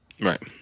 right